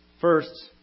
First